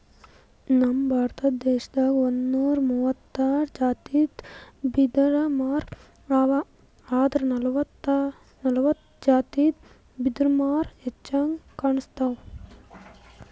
ನಮ್ ಭಾರತ ದೇಶದಾಗ್ ಒಂದ್ನೂರಾ ಮೂವತ್ತಾರ್ ಜಾತಿದ್ ಬಿದಿರಮರಾ ಅವಾ ಆದ್ರ್ ನಲ್ವತ್ತ್ ಜಾತಿದ್ ಬಿದಿರ್ಮರಾ ಹೆಚ್ಚಾಗ್ ಕಾಣ್ಸ್ತವ್